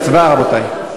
הצבעה, רבותי.